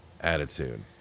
attitude